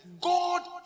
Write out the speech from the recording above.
God